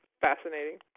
fascinating